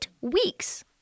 weeks